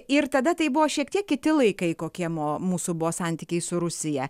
ir tada tai buvo šiek tiek kiti laikai kokie mo mūsų buvo santykiai su rusija